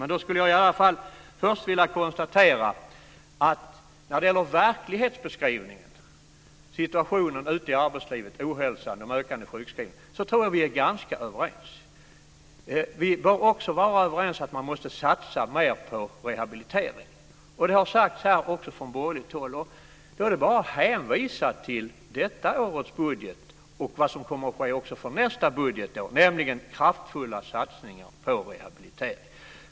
Men jag skulle i alla fall vilja säga att jag tror att vi är ganska överens när det gäller verklighetsbeskrivningen, situationen ute i arbetslivet, ohälsan och de ökande sjukskrivningarna. Vi bör också vara överens om att man måste satsa mer på rehabilitering. Det har sagts här också från borgerligt håll. Då är det bara att hänvisa till detta årets budget och vad som kommer att ske för nästa budgetår, nämligen kraftfulla satsningar på rehabilitering.